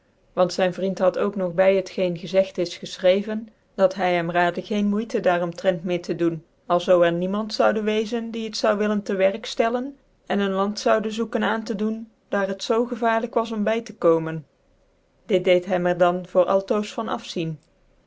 want zyn vriend had ook nog by bet gecne gezegt is gefchreven dat hy hem rade geen moeite daar omtrentmeer tc doen alzoo er niemand zoude wezen die het zou willen te werk fc en een land zoude zoeken aan te doen daar het zoo gcvairlijk was om by tc komen dit deed hem er dan voor altoos yan